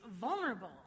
vulnerable